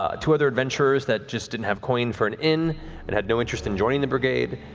ah two other adventurers that just didn't have coin for an inn and had no interest in joining the brigade.